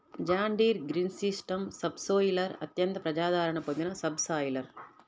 John Deere green system subsoiler అత్యంత ప్రజాదరణ పొందిన సబ్ సాయిలర్